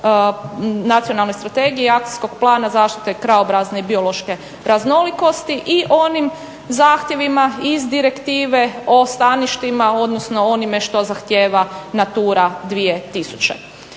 Nacionalne strategije i Akcijskog plana krajobrazne i biološke raznolikosti. I onim zahtjevima iz direktive o staništima, odnosno onime što zahtjeva Natura 2000.